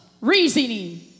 Reasoning